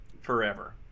forever